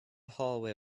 hallway